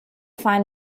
find